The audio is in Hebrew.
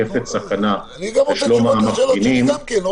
אני רוצה תשובות לשאלות שלי גם כן.